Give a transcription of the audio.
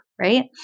right